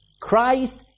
Christ